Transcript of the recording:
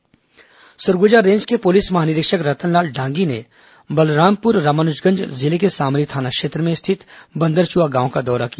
police महानिरीक्षक निरीक्षण Surguja range के पुलिस महानिरीक्षक रतनलाल डांगी ने बलरामपुर रामानुजगंज जिले के सामरी थाना क्षेत्र में स्थित बन्दरचुआ गांव का दौरा किया